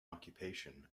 occupation